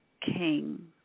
king